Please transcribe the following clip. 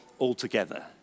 altogether